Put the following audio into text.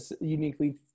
uniquely